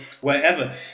wherever